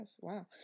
wow